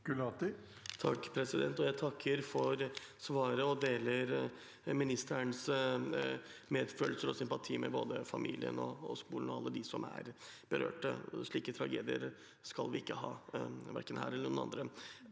(FrP) Jeg takker for svaret og deler ministerens medfølelse og sympati med både familien, skolen og alle dem som er berørte. Slike tragedier skal vi ikke ha, verken her eller andre